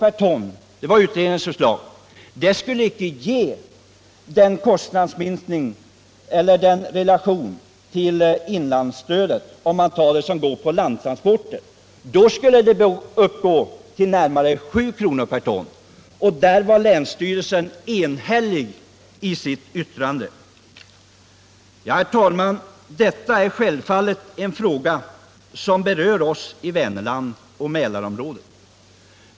per ton, som var utredningens förslag, icke skulle stå i relation till den kostnadsminskning som transportstödet ger för landtransporter — då skulle det uppgå till närmare 7 kr. per ton. Länsstyrelsen var enhällig i sitt yttrande. Herr talman! Detta är självfallet en fråga som berör oss i Vänerland och Mälarområdet.